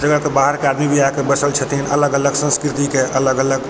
जगह के बाहर के आदमी भी आके बसल छथिन अलग अलग संस्कृति के अलग अलग